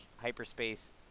hyperspace